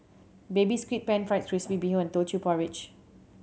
Baby Squid Pan Fried Crispy Bee Hoon and Teochew Porridge